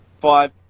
five